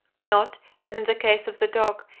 not, as in the case of the dog,